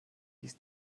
ließ